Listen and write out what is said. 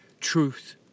truth